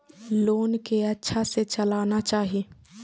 Loan के अच्छा से चलाना चाहि?